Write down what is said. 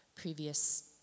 previous